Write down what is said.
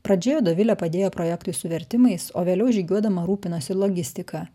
pradžioje dovilė padėjo projektui su vertimais o vėliau žygiuodama rūpinosi logistika